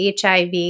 HIV